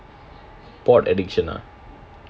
pot addiction ah